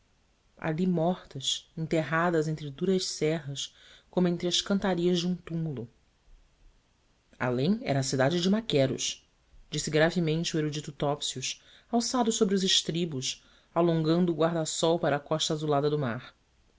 ali mortas enterradas entre duas serras como entre as cantarias de um túmulo além era a cidadela de maqueros disse gravemente o erudito topsius alçado sobre os estribos alongando o guarda-sol para a costa azulada do mar